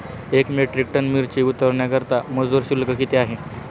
एक metric ton मिरची उतरवण्याकरता मजुर शुल्क किती आहे?